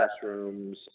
classrooms